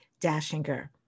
Dashinger